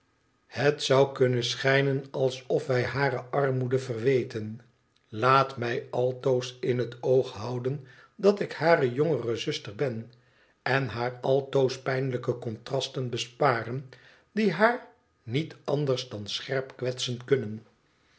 het zou kunnen schijnen alsof wij haar hare armoede verweten laat mij altoos in het oog houden dat ik hare jongere zuster ben en haar altoos pijnlijke contrasten besparen die haar niet anders dan scherp kwetsen kunnen